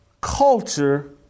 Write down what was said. culture